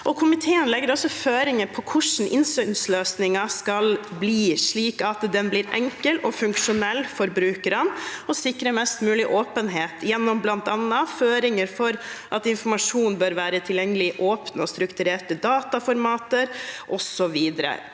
Komiteen legger også føringer for hvordan innsynsløsningen skal være, slik at den blir enkel og funksjonell for brukerne og sikrer mest mulig åpenhet, bl.a. gjennom føringer om at informasjon bør være tilgjengelig i åpne og strukturerte dataformater, osv.